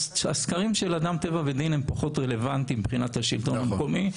הסקרים של אדם טבע ודין הם פחות רלוונטיים מבחינת השלטון המקומי.